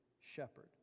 shepherd